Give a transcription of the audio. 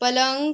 पलंग